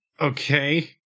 Okay